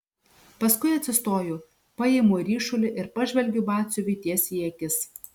paskui atsistoju paimu ryšulį ir pažvelgiu batsiuviui tiesiai į akis